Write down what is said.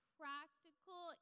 practical